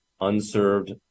unserved